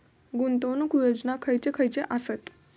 गुंतवणूक योजना खयचे खयचे आसत?